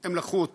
הם לקחו את